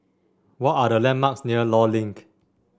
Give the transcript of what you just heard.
what are the landmarks near Law Link